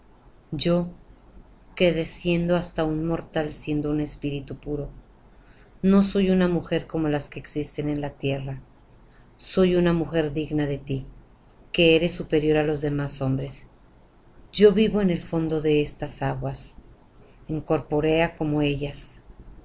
yo que desciendo hasta un mortal siendo un espíritu puro no soy una mujer como las que existen en la tierra soy una mujer digna de tí que eres superior á los demás hombres yo vivo en el fondo de estas aguas incorpórea como ellas